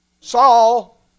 Saul